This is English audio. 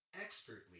expertly